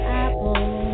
apple